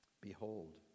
Behold